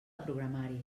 programari